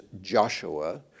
Joshua